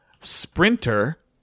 sprinter